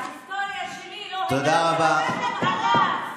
בהיסטוריה שלי לא הייתה, תומכת טרור.